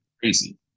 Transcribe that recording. crazy